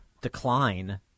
decline